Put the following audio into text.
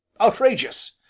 Outrageous